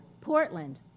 Portland